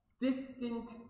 distant